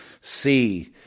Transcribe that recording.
see